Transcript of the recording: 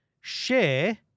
share